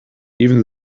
even